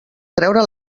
treure